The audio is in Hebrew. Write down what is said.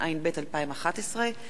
התשע"ב 2011,